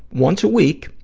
once a week,